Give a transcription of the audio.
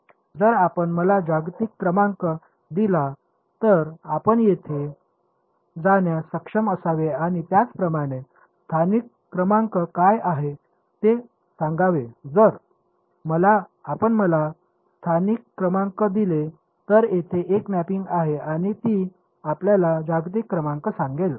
जर आपण मला जागतिक क्रमांक दिला तर आपण तेथे जाण्यास सक्षम असावे आणि त्याचप्रमाणे स्थानिक क्रमांक काय आहेत ते सांगावे जर आपण मला स्थानिक क्रमांक दिले तर तेथे एक मॅपिंग आहे आणि ती आपल्याला जागतिक क्रमांक सांगेल